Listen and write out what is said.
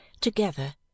together